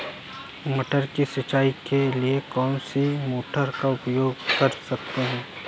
मटर की सिंचाई के लिए कौन सी मोटर का उपयोग कर सकते हैं?